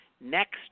next